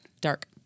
Dark